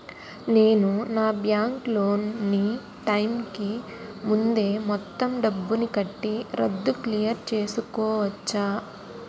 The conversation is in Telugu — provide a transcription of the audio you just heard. నేను నా బ్యాంక్ లోన్ నీ టైం కీ ముందే మొత్తం డబ్బుని కట్టి రద్దు క్లియర్ చేసుకోవచ్చా?